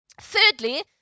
Thirdly